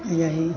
यही